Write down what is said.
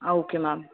हाँ okay ma'am